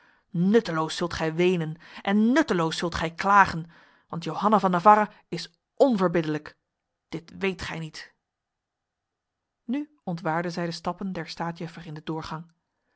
nutteloos zult gij wenen en nutteloos zult gij klagen want johanna van navarra is onverbiddelijk dit weet gij niet nu ontwaarde zij de stappen der staatjuffer in de doorgang